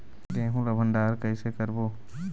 गेहूं ला भंडार कई से करबो?